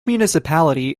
municipality